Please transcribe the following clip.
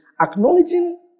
Acknowledging